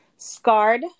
scarred